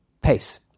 pace